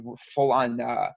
full-on